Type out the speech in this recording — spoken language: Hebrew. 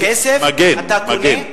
בכסף אתה קונה, מגן.